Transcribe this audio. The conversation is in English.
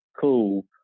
cool